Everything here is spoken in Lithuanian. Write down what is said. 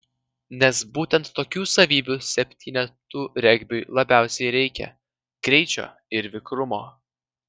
nes būtent tokių savybių septynetų regbiui labiausiai reikia greičio ir vikrumo